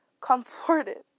comforted